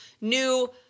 new